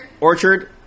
Orchard